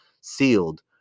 sealed